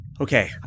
Okay